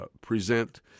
present